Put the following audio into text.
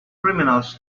criminals